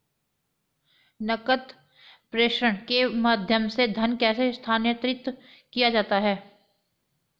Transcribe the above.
नकद प्रेषण के माध्यम से धन कैसे स्थानांतरित किया जाता है?